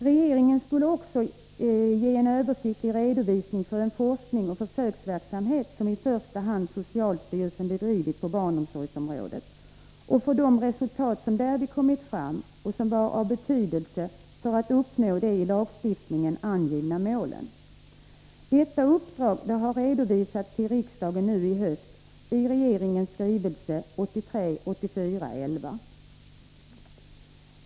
Regeringen skulle också ge en översiktlig redovisning för den forskningsoch försöksverksamhet som i första hand socialstyrelsen bedrivit på barnomsorgsområdet och för de resultat som därvid kommit fram och som var av betydelse för att uppnå de i lagstiftningen angivna målen. Detta uppdrag har redovisats till riksdagen nu i höst i regeringens skrivelse 1983/84:11.